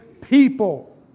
people